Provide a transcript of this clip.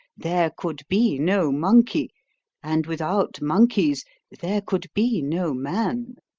there could be no monkey and without monkeys there could be no man.